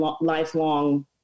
lifelong